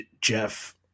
Jeff